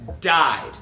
died